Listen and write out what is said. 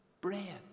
Bread